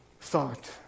thought